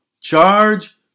charge